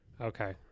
Okay